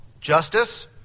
justice